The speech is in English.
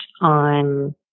on